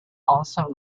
also